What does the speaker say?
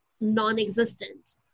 non-existent